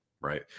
Right